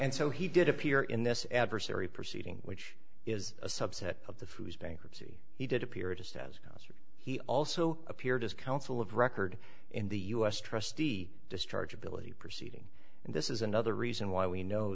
and so he did appear in this adversary proceeding which is a subset of the foos bankruptcy he did appear to says he also appeared as counsel of record in the u s trustee discharge ability proceeding and this is another reason why we know